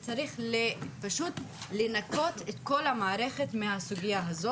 וצריך פשוט לנקות את כל המערכת מהסוגייה הזאת.